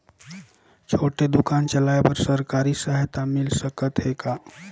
छोटे दुकान चलाय बर सरकारी सहायता मिल सकत हे का?